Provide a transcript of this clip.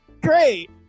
great